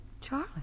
Charlie